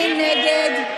מי נגד?